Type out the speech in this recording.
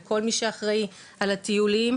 לכל מי שאחראי על הטיולים,